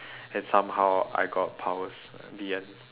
and somehow I got powers the end